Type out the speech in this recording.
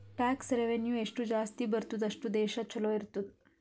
tax revenue ಎಷ್ಟು ಜಾಸ್ತಿ ಬರ್ತುದ್ ಅಷ್ಟು ದೇಶ ಛಲೋ ಇರ್ತುದ್